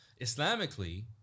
Islamically